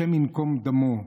השם ייקום דמו,